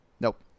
Nope